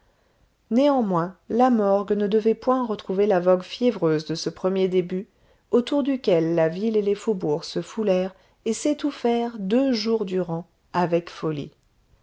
néanmoins la morgue ne devait point retrouver la vogue fiévreuse de ce premier début autour duquel la ville et les faubourgs se foulèrent et s'étouffèrent deux jours durant avec folie